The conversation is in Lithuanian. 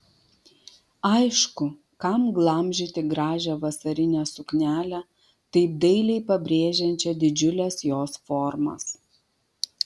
aišku kam glamžyti gražią vasarinę suknelę taip dailiai pabrėžiančią didžiules jos formas